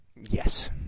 Yes